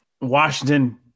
Washington